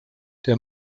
der